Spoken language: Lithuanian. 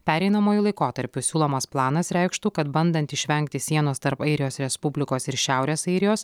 pereinamuoju laikotarpiu siūlomas planas reikštų kad bandant išvengti sienos tarp airijos respublikos ir šiaurės airijos